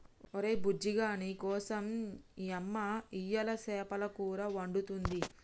ఒరే బుజ్జిగా నీకోసం యమ్మ ఇయ్యలు సేపల కూర వండుతుంది